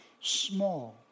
small